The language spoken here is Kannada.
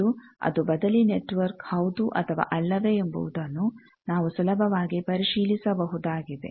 ಮತ್ತು ಅದು ಬದಲಿ ನೆಟ್ವರ್ಕ್ ಹೌದು ಅಥವಾ ಅಲ್ಲವೇ ಎಂಬುದನ್ನು ನಾವು ಸುಲಭವಾಗಿ ಪರಿಶೀಲಿಸಬಹುದಾಗಿದೆ